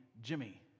Jimmy